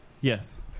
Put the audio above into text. Yes